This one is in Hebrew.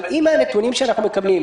אבל אם מהנתונים שאנחנו מקבלים,